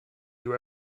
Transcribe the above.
you